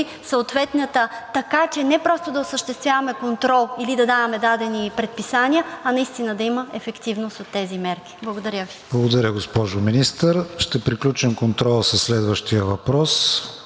съответната, така че не просто да осъществяваме контрол или да даваме дадени предписания, а наистина да има ефективност от тези мерки. Благодаря Ви. ПРЕДСЕДАТЕЛ КРИСТИАН ВИГЕНИН: Благодаря, госпожо Министър. Ще приключим контрола със следващия въпрос